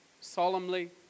solemnly